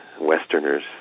Westerners